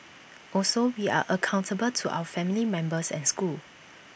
also we are accountable to our family members and school